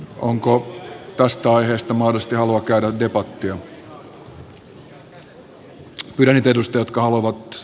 onko tästä aiheesta mahdollisesti halua käydä debattia